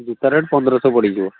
ଜୋତା ରେଟ୍ ପନ୍ଦରଶହ ପଡ଼ିଯିବ